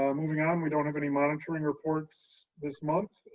um moving on. um we don't have any monitoring reports this month.